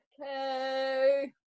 okay